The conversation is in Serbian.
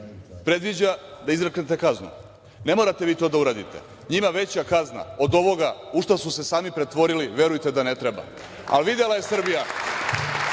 Predviđa da izreknete kaznu. Ne morate vi to da uradite, njima veća kazna od ovoga u šta su se sami pretvorili verujte da ne treba. A videla je Srbija